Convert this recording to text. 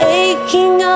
aching